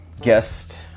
guest